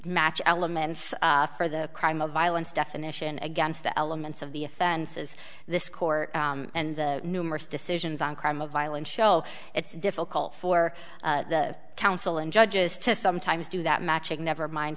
match elements for the crime of violence definition against the elements of the offenses this court and the numerous decisions on crime of violence show it's difficult for the counsel and judges to sometimes do that matching never mind